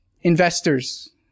investors